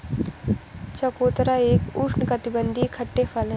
चकोतरा एक उष्णकटिबंधीय खट्टे फल है